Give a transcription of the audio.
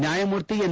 ನ್ಯಾಯಮೂರ್ತಿ ಎನ್